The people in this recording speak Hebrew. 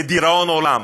לדיראון עולם,